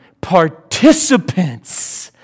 participants